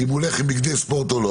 אם הוא הולך בבגדי ספורט או לא.